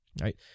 right